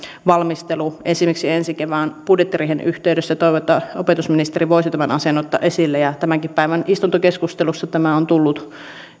valmistelu esimerkiksi ensi kevään budjettiriihen yhteydessä toivon että opetusministeri voisi tämän asian ottaa esille tämänkin päivän istuntokeskustelussa tämä on tullut